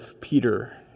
Peter